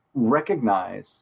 recognize